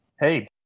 hey